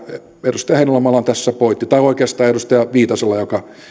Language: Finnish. edustaja heinäluomalla on tässä pointti tai oikeastaan edustaja viitasella